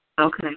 Okay